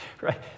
right